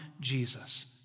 Jesus